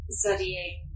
studying